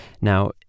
Now